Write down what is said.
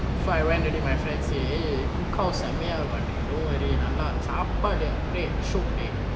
so I went already my friend say eh cookhouse செம்மயா இருக்கும்:semmeya irukkum dont worry நல்லா சாப்பாடு அப்டெ:nalla sapadu apde syok